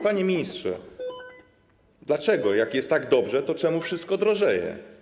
Panie ministrze, dlaczego jak jest tak dobrze, to wszystko drożeje?